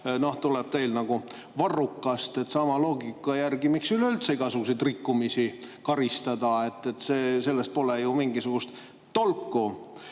tuleb teil nagu varrukast. Sama loogika järgi, miks üleüldse igasuguseid rikkumisi karistada – sellest pole ju mingisugust tolku.